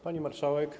Pani Marszałek!